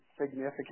significant